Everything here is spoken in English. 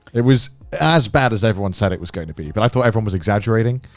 it was as bad as everyone said it was going to be. but i thought everyone was exaggerating.